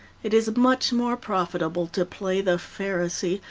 it is much more profitable to play the pharisee,